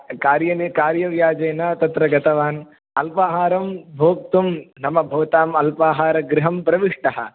कार्याने कार्यव्याजेन तत्र गतवान् अल्पाहारं भोक्तुं नाम भवताम् अल्पाहारगृहं प्रविष्टः